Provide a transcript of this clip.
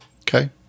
Okay